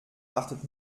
achtet